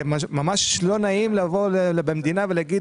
זה ממש לא נעים לבוא במדינה ולהגיד